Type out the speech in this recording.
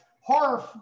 horror